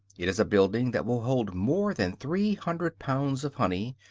it is a building that will hold more than three hundred pounds of honey,